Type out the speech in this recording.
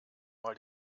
mal